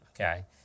okay